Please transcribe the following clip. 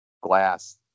glass